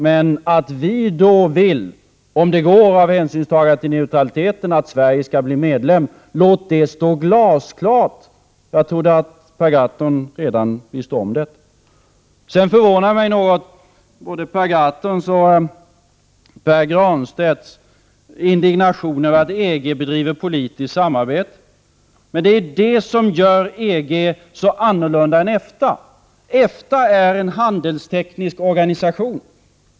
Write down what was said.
Men då vill vi att Sverige, om det går under hänsynstagande till neutraliteten, skall bli medlem. Låt detta stå glasklart. Jag trodde att Per Gahrton redan visste om detta. Både Per Gahrtons och Pär Granstedts indignation över att EG bedriver politisk samarbete förvånade mig något. Det som gör EG så annorlunda än EFTA är att EFTA är en handelsteknisk organisation.